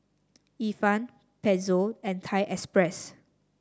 Ifan Pezzo and Thai Express